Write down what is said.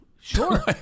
Sure